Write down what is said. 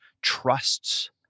trusts